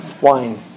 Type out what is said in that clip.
wine